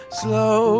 slow